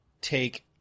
take